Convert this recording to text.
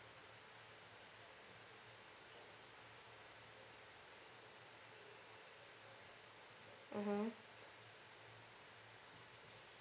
mmhmm